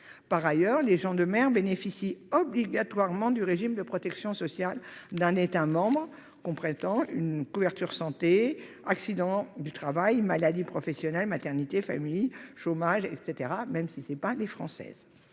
Par ailleurs, les gens de mer bénéficient obligatoirement du régime de protection sociale d'un État membre comprenant une couverture des risques santé, accidents du travail et maladies professionnelles, maternité, famille, chômage et vieillesse. Dans ce contexte,